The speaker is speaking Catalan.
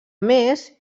més